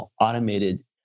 automated